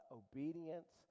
obedience